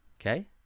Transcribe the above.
okay